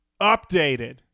updated